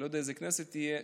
אני לא יודע איזו כנסת תהיה,